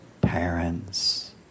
parents